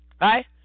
right